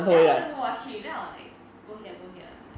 then I always watch him then I was like go here go here